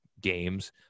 games